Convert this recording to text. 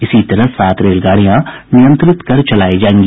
इसी तरह सात रेलगाड़ियां नियंत्रित कर चलायी जायेंगी